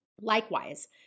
Likewise